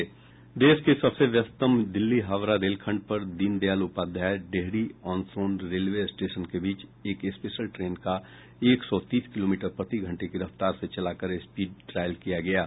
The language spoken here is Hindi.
देश के सबसे व्यस्तम दिल्ली हावड़ा रेलखंड पर दीनदयाल उपाध्याय डेहरी आन सोन रेलवे स्टेशन के बीच एक स्पेशल ट्रेन का एक सौ तीस किलोमीटर प्रति घंटे की रफ्तार से चलाकर स्पीड ट्रायल किया गया है